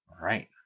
Right